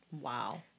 Wow